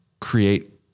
create